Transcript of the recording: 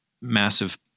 massive